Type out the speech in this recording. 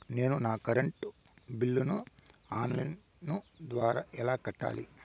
నేను నా కరెంటు బిల్లును ఆన్ లైను ద్వారా ఎలా కట్టాలి?